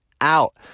out